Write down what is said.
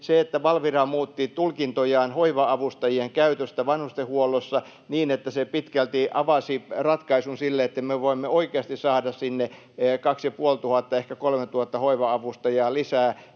se, että Valvira muutti tulkintojaan hoiva-avustajien käytöstä vanhustenhuollossa niin, että se pitkälti avasi sen ratkaisun, että me voimme oikeasti saada sinne 2 500, ehkä 3 000 hoiva-avustajaa lisää